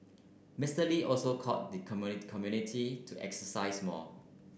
Mister Lee also called the community to exercise more